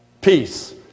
peace